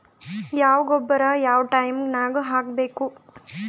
ಯಾವ ಗೊಬ್ಬರ ಯಾವ ಟೈಮ್ ನಾಗ ಹಾಕಬೇಕು?